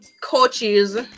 coaches